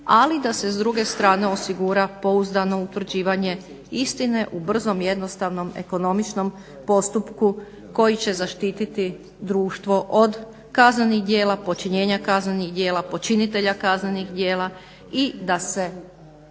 ali da se s druge strane osigura pouzdano utvrđivanje istine u brzom, jednostavnom, ekonomičnom postupku koji će zaštititi društvo od kaznenih djela, počinjenja kaznenih djela, počinitelja kaznenih djela i da se